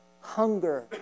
hunger